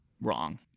wrong